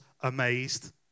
amazed